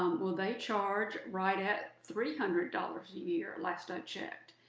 um well they charge right at three hundred dollars a year last i checked.